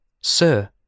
Sir